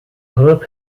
hoop